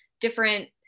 different